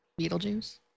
Beetlejuice